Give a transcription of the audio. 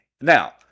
Now